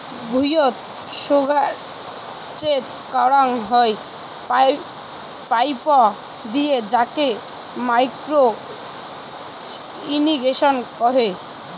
ভুঁইয়ত সোগায় সেচ করাং হই পাইপ দিয়ে তাকে মাইক্রো ইর্রিগেশন কহে